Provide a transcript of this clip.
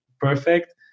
perfect